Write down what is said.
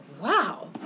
wow